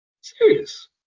Serious